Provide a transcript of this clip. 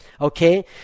Okay